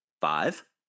five